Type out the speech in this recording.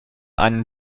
einen